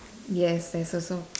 yes there's also